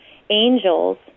angels